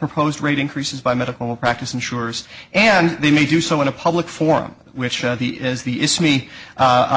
proposed rate increases by medical malpractise insurers and they may do so in a public forum which is the it's me